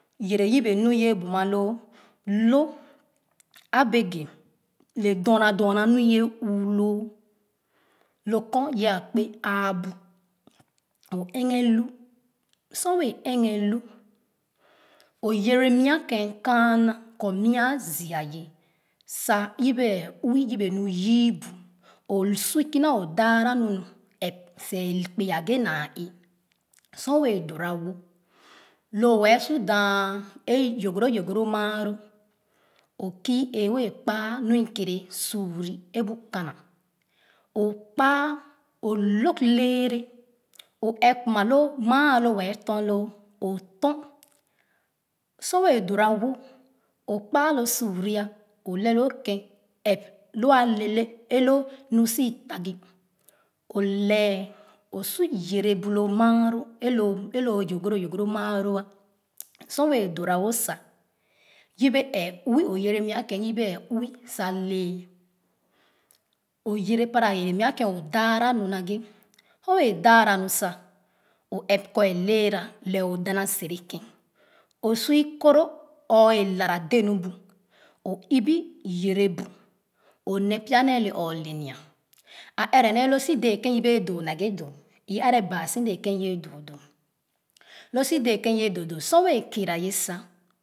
Yere yebe nu oye buma loo lo abeke le dorna doma nu ye uu loo lo kɔ ye akpe aa bu o ɛghɛ hi sor wɛɛ ɛghɛn hi o yere mia ken kaana kaana kɔ mia a ziia ye sa yebe ɛɛ uuwo lu yiibe o su kina o dala nuu nu ɛp seh e kpe-ghɛ naa ee sor wɛɛ dora wo lo wɛɛ su daa jogoro yorjoo maaalo o kii ee wɛɛ kpa nu okere suure e bu kana o kpaa o log lɛɛrɛ o ɛp kuma lo maa alo wɛɛ tom loo o tom sor wẹɛ dora wo o kpa lo suure o lẹ lo ken ẹp lo a leele nu sii takii o lɛ o su yere bu lo maalo e-lo yogoro yogora maalo la sor wɛɛ durna wo sa yebe ɛɛ uwii sa lɛ o yere para yere mua ken o dala nu naghẹ sor waa daaha nu sa o ɛp kɔ elɛɛra lɛh o dana sere ken o su o koro or e lala de nu bu o bo yere bu one pya nee ne o’o le nua a ɛrɛ nee loo su dee ken ubee doo naghɛ doo u ɛrɛ baa so dee ken uwɛɛ doo doo loo su dee ken iwɛɛ doo doo son wɛɛ keera ye sa